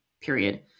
period